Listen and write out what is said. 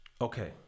Okay